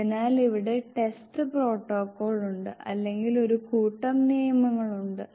അതിനാൽ ഇവിടെ test protocol ഉണ്ട് അല്ലെങ്കിൽ ഒരു കൂട്ടം നിയമങ്ങളുണ്ട്